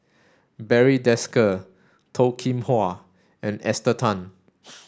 Barry Desker Toh Kim Hwa and Esther Tan